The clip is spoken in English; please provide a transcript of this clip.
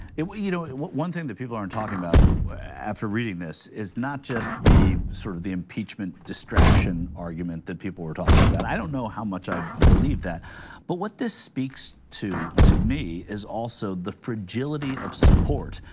it will, you know one thing that people aren't talking about after reading this is not just the sort of the impeachment distraction argument that people were talking about. i don't know how much i believe that but what this speaks to to me is also the fragility of support,